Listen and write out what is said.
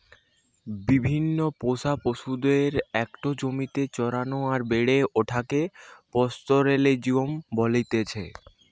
বিভিন্ন পোষা পশুদের একটো জমিতে চরানো আর বেড়ে ওঠাকে পাস্তোরেলিজম বলতেছে